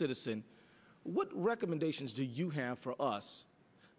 citizen what recommendations do you have for us